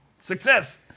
Success